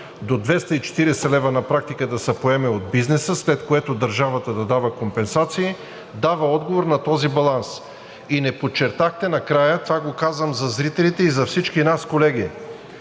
до 240 лв. на практика да се поеме от бизнеса, след което държавата да дава компенсации, дава отговор на този баланс. И не подчертахте накрая – това го казвам за зрителите и за всички нас, колеги,